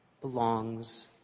belongs